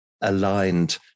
aligned